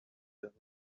though